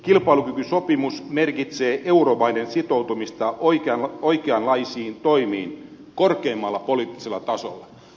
kilpailukykysopimus merkitsee euromaiden sitoutumista oikeanlaisiin toimiin korkeimmalla poliittisella tasolla